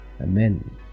Amen